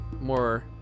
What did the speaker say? more